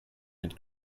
mit